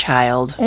child